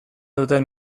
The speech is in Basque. duten